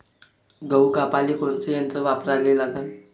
गहू कापाले कोनचं यंत्र वापराले लागन?